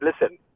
listen